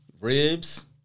Ribs